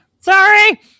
Sorry